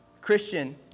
Christian